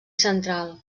central